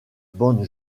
bande